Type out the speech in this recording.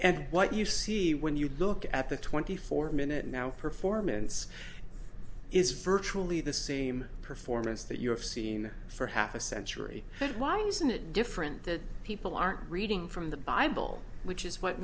and what you see when you look at the twenty four minute now performance is virtually the same performance that you have seen for half a century but why isn't it different that people aren't reading from the bible which is what